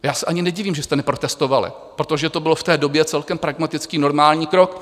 Já se ani nedivím, že jste neprotestovali, protože to byl v té době celkem pragmatický, normální krok.